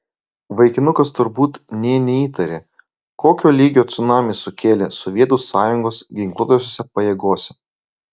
vaikinukas turbūt nė neįtarė kokio lygio cunamį sukėlė sovietų sąjungos ginkluotosiose pajėgose